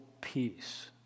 peace